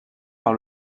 par